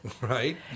right